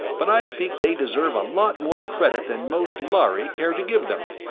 but i think they deserve a lot more credit than most lhari care to give them.